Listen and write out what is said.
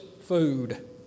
food